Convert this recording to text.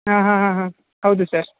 ಹಾಂ ಹಾಂ ಹಾಂ ಹೌದು ಸರ್